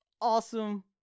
awesome